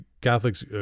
Catholics